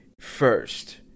first